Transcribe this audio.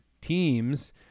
teams